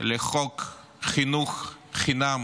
לחוק חינוך חינם